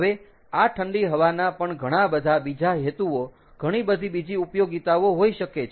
હવે આ ઠંડી હવાના પણ ઘણા બધા બીજા હેતુઓ ઘણી બધી બીજી ઉપયોગીતાઓ હોઈ શકે છે